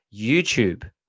YouTube